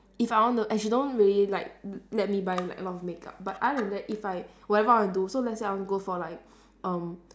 if I want to and she don't really like let me buy like a lot of makeup but other than that if I whatever I want to do so let's say I want to go for like um